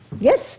yes